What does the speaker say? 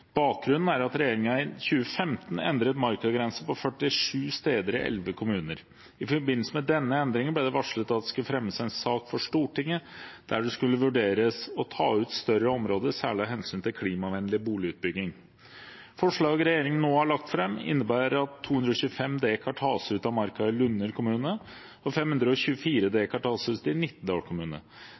Bakgrunnen er at regjeringen i 2015 endret markagrensen på 47 steder i 11 kommuner. I forbindelse med denne endringen ble det varslet at det skulle fremmes en sak for Stortinget der det skulle vurderes å ta ut større områder, særlig av hensyn til klimavennlig boligutbygging. Forslaget regjeringen nå har lagt fram, innebærer at 225 dekar tas ut av marka i Lunner kommune og 524